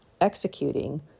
executing